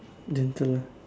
gentle ah